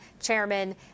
chairman